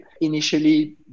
initially